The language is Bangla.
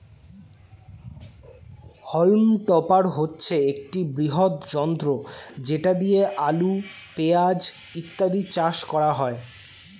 হল্ম টপার হচ্ছে একটি বৃহৎ যন্ত্র যেটা দিয়ে আলু, পেঁয়াজ ইত্যাদি চাষ করা হয়